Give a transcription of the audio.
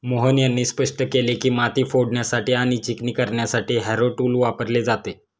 मोहन यांनी स्पष्ट केले की, माती फोडण्यासाठी आणि चिकणी करण्यासाठी हॅरो टूल वापरले जाते